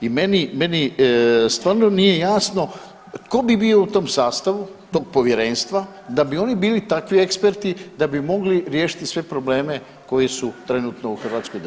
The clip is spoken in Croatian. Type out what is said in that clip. I meni stvarno nije jasno ko bi bio u tom sastavu tog povjerenstva da bi oni bili takvi eksperti da bi mogli riješiti sve probleme koji su trenutno u Hrvatskoj državi.